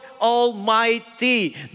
Almighty